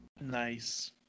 Nice